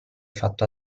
fatto